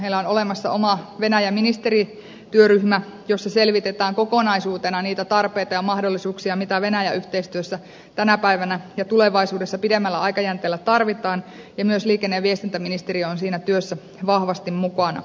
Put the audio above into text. meillä on olemassa oma venäjä ministerityöryhmä jossa selvitetään kokonaisuutena niitä tarpeita ja mahdollisuuksia mitä venäjä yhteistyössä tänä päivänä ja tulevaisuudessa pidemmällä aikajänteellä tarvitaan ja myös liikenne ja viestintäministeriö on siinä työssä vahvasti mukana